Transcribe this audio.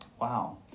wow